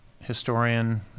historian